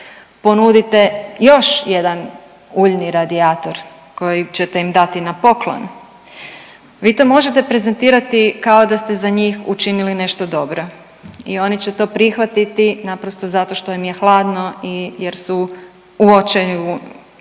ponudite još jedan uljni radijator koji ćete im dati na poklon, vi to možete prezentirati kao da ste za njih učinili nešto dobro i oni će to prihvatiti naprosto zato što im je hladno i jer su u očaju i u